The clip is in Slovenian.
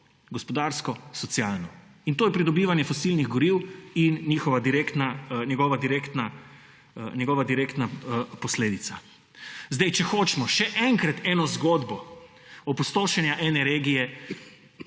gospodarsko, socialno. To je pridobivanje fosilnih goriv in njegova direktna posledica. Zdaj, če hočemo še enkrat eno zgodbo opustošenja ene regije